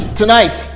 tonight